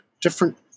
different